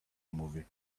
movie